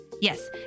Yes